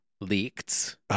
leaked